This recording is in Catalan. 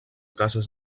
cases